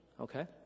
Okay